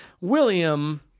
William